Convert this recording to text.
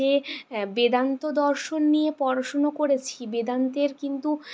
যে বেদান্ত দর্শন নিয়ে পড়াশোনো করেছি বেদান্তের কিন্তু